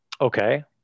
Okay